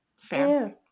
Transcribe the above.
Fair